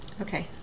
Okay